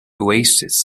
oasis